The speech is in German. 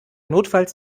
notfalls